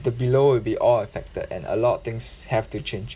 the below will be all affected and a lot of things have to change